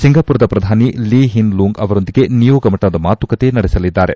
ಸಿಂಗಾಮರದ ಪ್ರಧಾನಿ Lee Hsien Loong ಅವರೊಂದಿಗೆ ನಿಯೋಗ ಮಟ್ಟದ ಮಾತುಕತೆ ನಡೆಸಲಿದ್ದಾರೆ